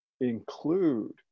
include